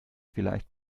vielleicht